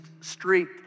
street